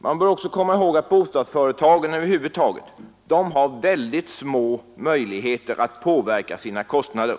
Man bör också komma ihåg att bostadsföretagen över huvud taget har väldigt små möjligheter att påverka sina kostnader.